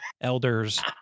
elders